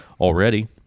already